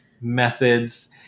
methods